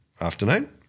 Afternoon